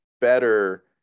better